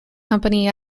company